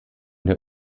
der